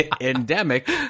Endemic